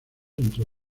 entre